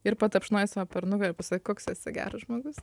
ir patapšnoji sau per nugarą koks esi geras žmogus